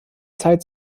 zeit